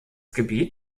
gebiet